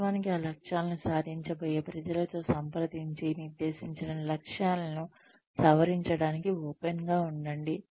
వాస్తవానికి ఆ లక్ష్యాలను సాధించబోయే ప్రజలతో సంప్రదించి నిర్దేశించిన లక్ష్యాలను సవరించడానికి ఓపెన్ గా ఉండండి